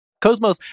Cosmos